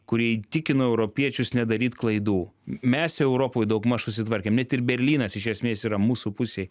kurie įtikino europiečius nedaryt klaidų mes europoj daugmaž susitvarkėm net ir berlynas iš esmės yra mūsų pusėj